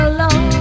Alone